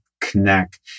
connect